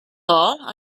all